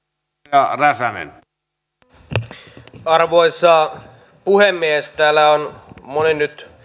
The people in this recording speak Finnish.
arvoisa puhemies täällä on moni nyt